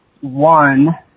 one